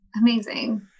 amazing